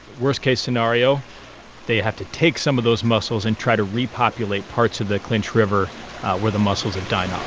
worst case scenario they have to take some of those muscles and try to repopulate parts of the clinch river where the muscles have died off